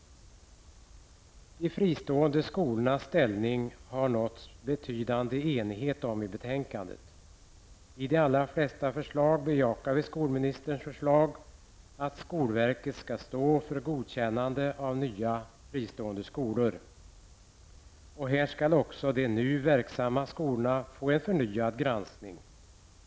Det har i betänkandet uppnåtts betydande enighet om de fristående skolornas ställning. På de allra flesta punkter bejakar vi skolministerns förslag att skolverket skall stå för godkännande av nya fristående skolor. Här skall också de nu verksamma skolorna få en förnyad granskning.